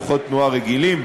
דוחות תנועה רגילים,